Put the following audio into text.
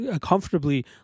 comfortably